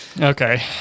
Okay